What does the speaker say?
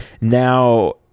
Now